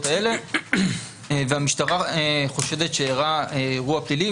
האלה והמשטרה חושדת שאירע אירוע פלילי,